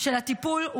של הטיפול,